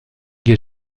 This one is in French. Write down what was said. est